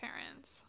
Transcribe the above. parents